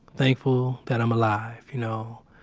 thankful that i'm alive, you know